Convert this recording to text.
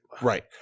Right